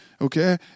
okay